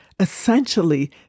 Essentially